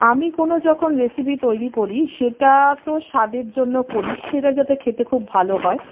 আমি কোনও যখন রেসিপি তৈরি করি সেটা তো স্বাদের জন্য করি সেটা যাতে খেতে খুব ভালো হয়